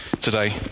today